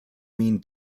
mean